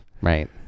Right